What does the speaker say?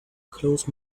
close